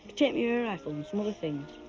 take me air rifle, and some other things.